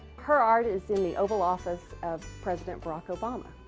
her art is in the oval office of president barack obama.